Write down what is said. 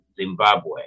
Zimbabwe